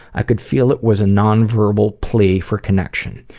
i could feel it was a non-verbal plea for connection,